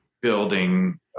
building